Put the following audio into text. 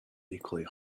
equally